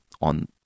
on